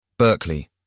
Berkeley